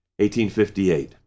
1858